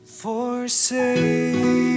forsake